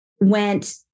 went